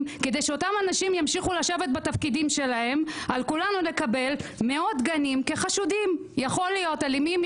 אתם צריכים לקבל מאות גנים שיכולים להיות בהם אנשים אלימים,